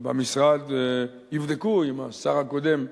במשרד יבדקו עם השר הקודם,